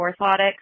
orthotics